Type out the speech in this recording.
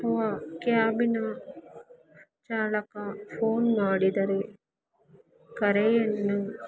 ಕ್ಯಾಬಿನ ಚಾಲಕ ಫೋನ್ ಮಾಡಿದರೆ ಕರೆಯನ್ನು